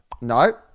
No